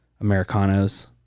americanos